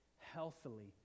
healthily